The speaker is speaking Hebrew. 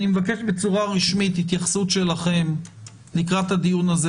אני מבקש בצורה רשמית התייחסות שלכם לקראת הדיון הזה,